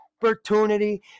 Opportunity